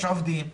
יש עובדים,